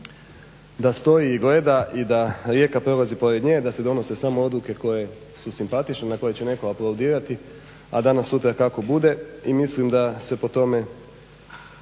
da stoji i gleda i da rijeka prolazi pored nje, a da se donose samo odluke koje su simpatične, na koje će netko aplaudirati, a danas sutra kako bude. I mislim da se po tome